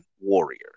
warrior